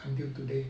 until today